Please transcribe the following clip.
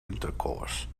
intercourse